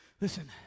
Listen